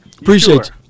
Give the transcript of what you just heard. Appreciate